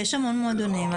יש המון מועדונים,